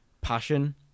passion